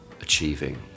achieving